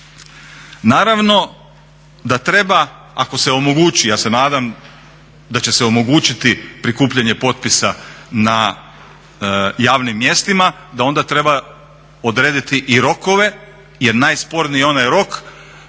Naravno da treba ako se omogući, ja se nadam da će se omogućiti prikupljane potpisa na javnim mjestima, da onda treba odrediti i rokove jer najsporniji je onaj rok